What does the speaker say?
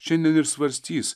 šiandien ir svarstys